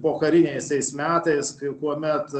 pokariniais tais metais kuomet